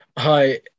Hi